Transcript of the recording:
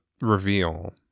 reveal